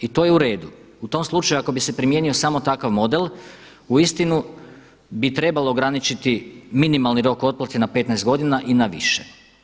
I to je uredu, u tom slučaju ako bi se primijenio samo takav model uistinu bi trebalo ograničiti minimalni rok otplate na 15 godina i na više.